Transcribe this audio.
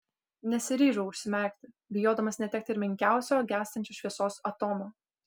nesiryžau užsimerkti bijodamas netekti ir menkiausio gęstančios šviesos atomo